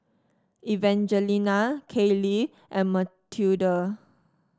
Evangelina Kailey and Matilde